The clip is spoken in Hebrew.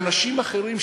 ואנשים אחרים,